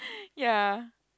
ya